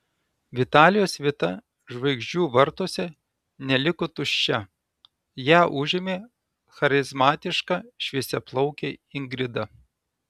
vitalijos vieta žvaigždžių vartuose neliko tuščia ją užėmė charizmatiška šviesiaplaukė ingrida